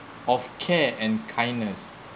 of care and kindness